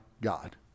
God